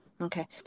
okay